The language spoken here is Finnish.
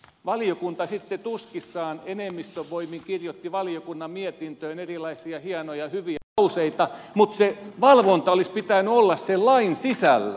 valiokunta sitten tuskissaan enemmistön voimin kirjoitti valiokunnan mietintöön erilaisia hienoja hyviä lauseita mutta sen valvonnan olisi pitänyt olla sen lain sisällä